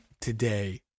today